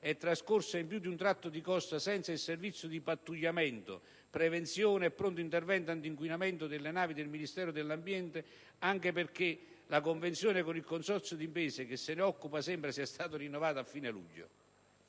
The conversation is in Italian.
è trascorsa in più di un tratto di costa senza il servizio di pattugliamento, prevenzione e pronto intervento antinquinamento delle navi del Ministero dell'ambiente (anche perché la convenzione con il consorzio d'imprese che se ne occupa sembra sia stata rinnovata solo a fine luglio),